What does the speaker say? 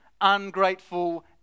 ungrateful